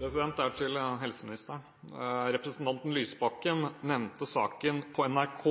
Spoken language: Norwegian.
Spørsmålet er til helseministeren. Representanten Lysbakken nevnte på NRK